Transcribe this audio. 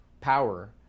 power